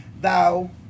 thou